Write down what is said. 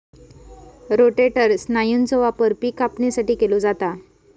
rotator स्नायूचो वापर पिक कापणीसाठी केलो जाता